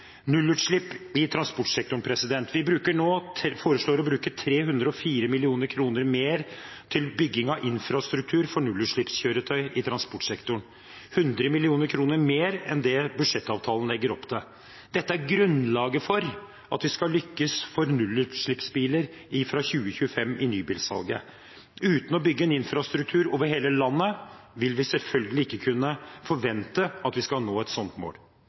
nullutslipp i transportsektoren, foreslår vi å bruke 304 mill. kr mer til bygging av infrastruktur for nullutslippskjøretøy i transportsektoren – 100 mill. kr mer enn det budsjettavtalen legger opp til. Dette er grunnlaget for at vi skal lykkes for nullutslippsbiler fra 2025 i nybilsalget. Uten å bygge en infrastruktur over hele landet vil vi selvfølgelig ikke kunne forvente at vi skal nå et sånt mål.